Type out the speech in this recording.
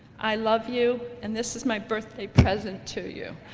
i love you and this is my birthday present to you.